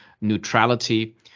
neutrality